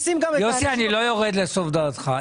יוסי, אני לא יורד לסוף דעתך.